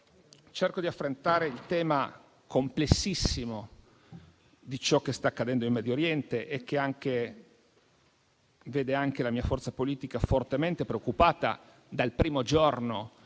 cerco di affrontare il tema complessissimo di ciò che sta accadendo in Medio Oriente e che vede anche la mia forza politica fortemente preoccupata dal primo giorno